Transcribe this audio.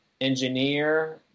Engineer